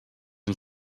and